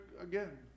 again